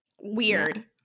Weird